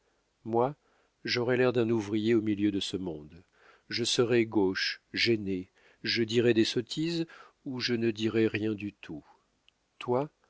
moi j'aurais l'air d'un ouvrier au milieu de ce monde je serais gauche gêné je dirai des sottises ou je ne dirais rien du tout toi